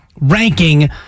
ranking